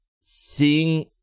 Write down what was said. seeing